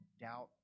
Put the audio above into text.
doubt